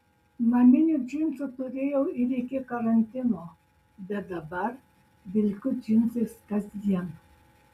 naminių džinsų turėjau ir iki karantino bet dabar vilkiu džinsais kasdien